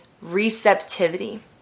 receptivity